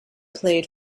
played